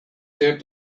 there